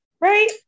Right